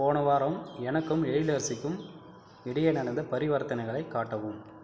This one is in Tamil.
போன வாரம் எனக்கும் எழிலரசிக்கும் இடையே நடந்த பரிவர்த்தனைகளை காட்டவும்